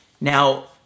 Now